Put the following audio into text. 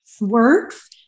works